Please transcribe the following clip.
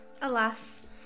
alas